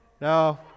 No